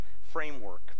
framework